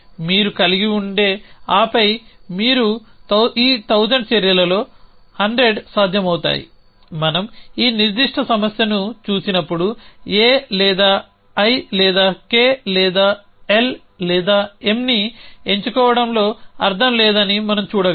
మీరు కలిగి ఉండి ఆ పై మీరు 1000 చర్యలలో 100 సాధ్యమవుతాయి మనం ఈ నిర్దిష్ట సమస్యను చూసినప్పుడు A లేదా I లేదా K లేదా L లేదా Mని ఎంచుకోవడంలో అర్థం లేదని మనం చూడగలం